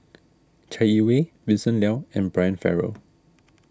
Chai Yee Wei Vincent Leow and Brian Farrell